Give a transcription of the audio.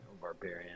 Barbarian